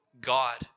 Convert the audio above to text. God